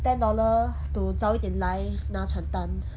ten dollar to 早一点来拿传单